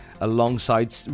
alongside